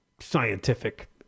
scientific